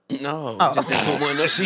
No